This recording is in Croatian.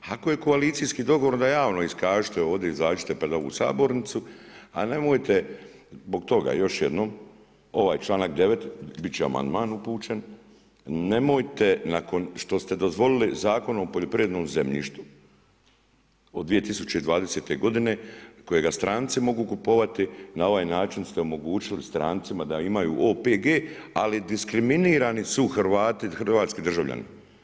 Ako je koalicijski dogovor, onda javno iskažite, ovdje izađite pred ovu sabornicu a nemojte zbog toga još jednom, ovaj članak 9., bit će amandman upućen, nemojte nakon što ste dozvolili Zakonom o poljoprivrednom zemljištu o 2020. godine kojega stranci mogu kupovati na ovaj način ste omogućili strancima da imaju OPG ali diskriminirani su Hrvati, hrvatski državljani.